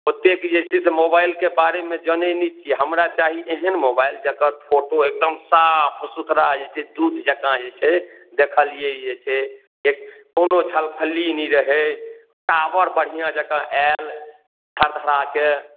ओतेक जे छै से मोबाइलके बारेमे जानै नहि छिए हमरा चाही एहन मोबाइल जकर फोटो एकदम साफ सुथरा जे छै दूध जकाँ जे छै देखलिए जे छै कोनो झलफली नहि रहै टावर बढ़िआँ जकाँ आएल धड़धड़ाके